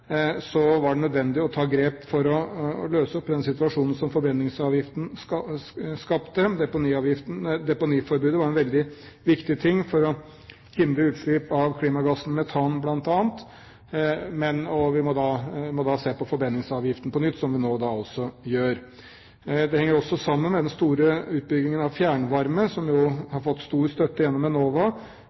var det nødvendig å ta grep for å løse opp i den situasjonen som forbrenningsavgiften skapte. Deponiforbudet var veldig viktig for å hindre utslipp av klimagassen metan, bl.a. Vi må da se på forbrenningsavgiften på nytt, noe vi også gjør. Dette henger også sammen med den store utbyggingen av fjernvarme, som har fått stor støtte gjennom Enova,